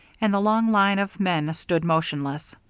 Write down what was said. and the long line of men stood motionless.